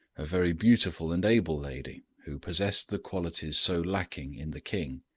a very beautiful and able lady, who possessed the qualities so lacking in the king.